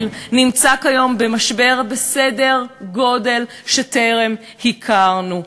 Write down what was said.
נמצא כיום במשבר בסדר גודל שטרם הכרנו.